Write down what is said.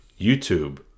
youtube